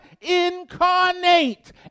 incarnate